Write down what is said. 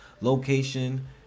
Location